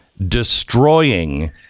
Destroying